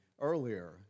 Earlier